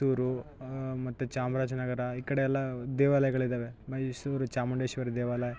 ಮೈಸೂರು ಮತ್ತು ಚಾಮರಾಜ ನಗರ ಈ ಕಡೆಯಲ್ಲ ದೇವಾಲಯಗಳಿದಾವೆ ಮೈಸೂರು ಚಾಮುಂಡೇಶ್ವರಿ ದೇವಾಲಯ